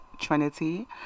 Trinity